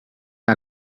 que